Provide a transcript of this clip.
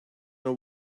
know